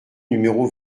numéro